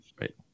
right